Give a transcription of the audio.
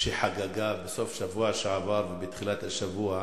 שחגגה בסוף שבוע שעבר ובתחילת השבוע